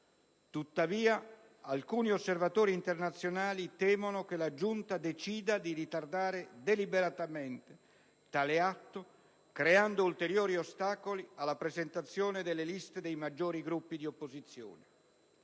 tuttavia, alcuni osservatori internazionali temono che la giunta decida di ritardare deliberatamente tale atto, creando ulteriori ostacoli alla presentazione delle liste dei maggiori gruppi di opposizione.